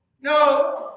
no